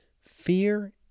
Fear